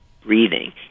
breathing